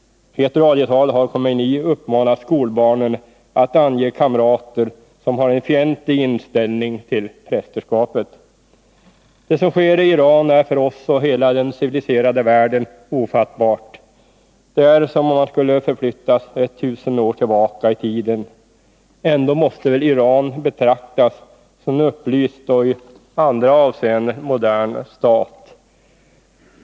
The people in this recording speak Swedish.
I ett radiotal har Khomeini uppmanat skolbarnen att ange kamrater som har en fientlig inställning till prästerskapet. Det som sker i Iran är för oss och hela den civiliserade världen ofattbart. Det är som om man skulle förflyttas 1000 år tillbaka i tiden. Ändå måste väl Iran betraktas som en upplyst och i andra avseenden modern stat.